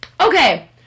Okay